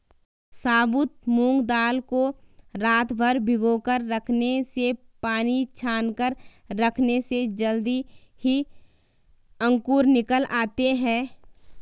साबुत मूंग दाल को रातभर भिगोकर रखने से पानी छानकर रखने से जल्दी ही अंकुर निकल आते है